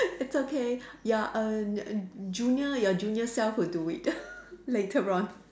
it's okay your err your junior your junior self will do it later on